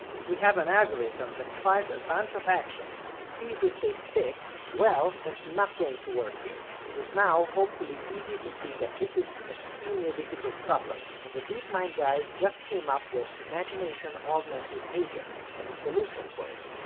if we have an algorithm that tries a bunch of actions and sees if they stick, well, that's not going to work here! it is now hopefully easy to see that this is an obscenely difficult problem, and the deepmind guys just came up with imagination-augmented agents as a solution for it.